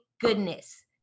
goodness